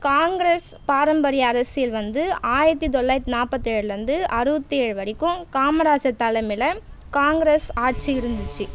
காங்கிரஸ் பாரம்பரிய அரசியல் வந்து ஆயிரத்து தொள்ளாயிரத்து நாற்பத்தேழுல இருந்து அறுபத்தேழு வரைக்கும் காமராஜர் தலைமையில் காங்கிரஸ் ஆட்சி இருந்துச்சு